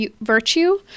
virtue